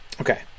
Okay